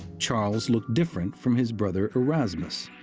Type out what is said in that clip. charles looked different from his brother erasmus,